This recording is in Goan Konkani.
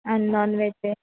आं नॉन व्हेज जाय